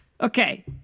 Okay